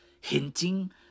hinting